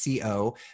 CO